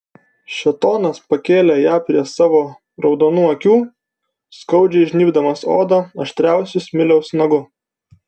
šėtonas pakėlė ją prie savo raudonų akių skaudžiai žnybdamas odą aštriausiu smiliaus nagu